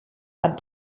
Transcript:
and